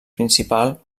principal